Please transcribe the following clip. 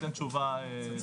לשלושה זוגות של בתי חולים.